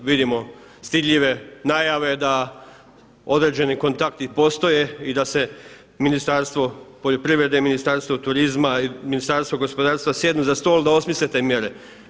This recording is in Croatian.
Vidimo stidljive najave da određeni kontakti postoje i da se Ministarstvo poljoprivrede, Ministarstvo turizma i Ministarstvo gospodarstva sjednu za stol, da osmisle te mjere.